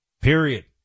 period